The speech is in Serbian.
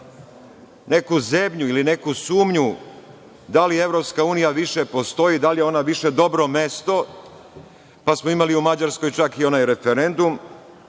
neku zebnju ili neku sumnju da li EU više postoji, da li je ona više dobro mesto, pa smo imali u Mađarskoj čak i onaj referendum.